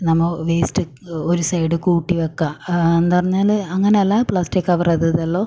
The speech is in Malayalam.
നമ്മൾ വേസ്റ്റ് ഒക്കെ ഒരു സൈഡി കൂട്ടി വെക്കുക എന്താ പറഞ്ഞാൽ അങ്ങനല്ല പ്ലാസ്റ്റിക് കവർ അത് ഇത് എല്ലാം